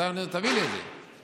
תביא לי את זה.